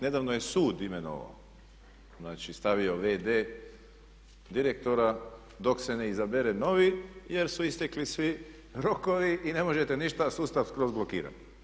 Nedavno je sud imenovao, znači stavio v.d. direktora dok se ne izabere novi jer su istekli svi rokovi i ne možete ništa sustav skroz blokiran.